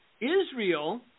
Israel